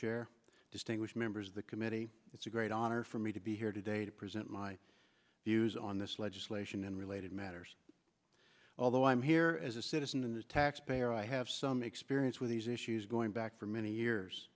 chair distinguished members of the committee it's a great honor for me to be here today to present my views on this legislation and related matters although i'm here as a citizen and the taxpayer i have some experience with these issues going back for many years